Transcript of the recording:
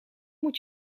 moet